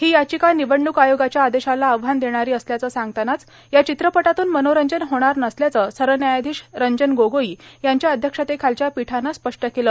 ही याचिका निवडणूक आयोगाच्या आदेशाला आव्हान देणारी असल्याचं सांगतानाच या चित्रपटातून मनोरंजन होणार नसल्याचं सरव्यायाधीश रंजन गोगोई यांच्या अध्यक्षतेखालच्या पीठानं स्पष्ट केलं